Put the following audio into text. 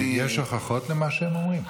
יש הוכחות למה שהם אומרים?